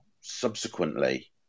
subsequently